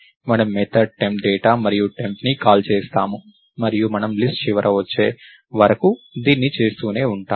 మనము method temp data మరియు temp ని కాల్ చేస్తాము మరియు మనము లిస్ట్ చివర వచ్చే వరకు దీన్ని చేస్తూనే ఉంటాము